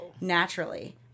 naturally